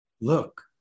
Look